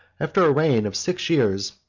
after a reign of six years,